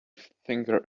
finger